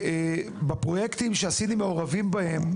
בפרויקטים שהסינים מעורבים בהם,